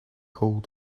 hold